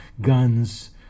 guns